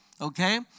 okay